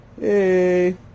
hey